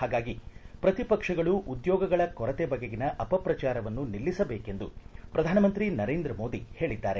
ಹಾಗಾಗಿ ಪ್ರತಿಪಕ್ಷಗಳು ಉದ್ಯೋಗಗಳ ಕೊರತೆ ಬಗೆಗಿನ ಅಪಪ್ರಚಾರವನ್ನು ನಿಲ್ಲಿಸಬೇಕೆಂದು ಪ್ರಧಾನಮಂತ್ರಿ ನರೇಂದ್ರ ಮೋದಿ ಹೇಳಿದ್ದಾರೆ